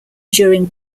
during